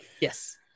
yes